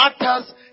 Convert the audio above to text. matters